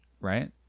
right